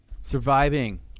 Surviving